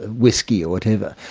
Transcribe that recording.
whisky, or whatever,